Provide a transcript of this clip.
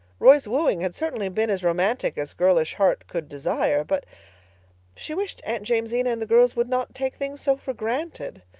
roy's wooing had certainly been as romantic as girlish heart could desire, but she wished aunt jamesina and the girls would not take things so for granted.